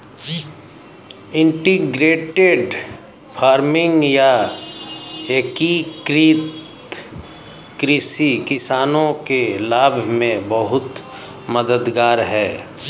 integrated farming या एकीकृत कृषि किसानों के लाभ में बहुत मददगार है